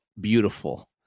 beautiful